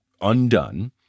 undone